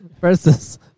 versus